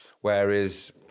whereas